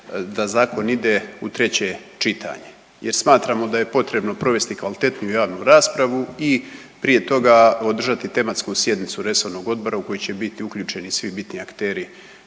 da zakon ide u treće čitanje jer smatramo da je potrebno provesti kvalitetniju javnu raspravu i prije toga održati tematsku sjednicu resornog odbora u koji će biti uključeni svi bitni akteri